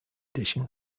edition